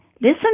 Listen